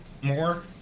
more